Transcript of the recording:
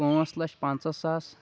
پانٛژھ لچھ پَںژاہ ساس